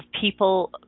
people